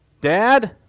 Dad